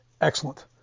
Excellent